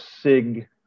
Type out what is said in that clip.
SIG